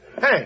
Hey